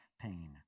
Pain